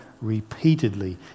repeatedly